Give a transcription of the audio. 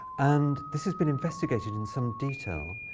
and this has been investigated in some detail